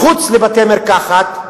מחוץ לבתי-המרקחת,